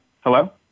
Hello